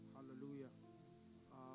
Hallelujah